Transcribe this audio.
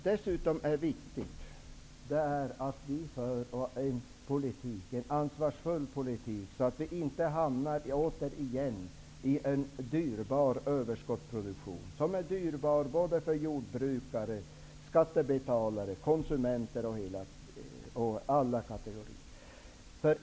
Det är viktigt att vi för en ansvarsfull politik så att vi inte återigen hamnar i en överskottsproduktion som är dyrbar för jordbrukare, skattebetalare och konsumenter av alla kategorier.